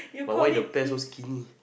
but why the bear so skinny